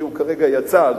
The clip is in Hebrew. הוא כרגע יצא,